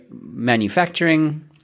manufacturing